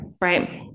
right